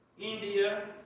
India